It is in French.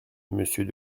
monsieur